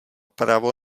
právo